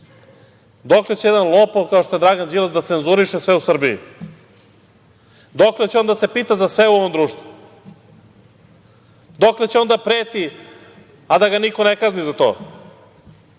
Dokle će jedan lopov, kao što je Dragan Đilas da cenzuriše sve u Srbiji? Dokle će on da se pita za sve u ovom društvu? Dokle će on da preti, a da ga niko ne kazni za to?